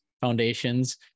foundations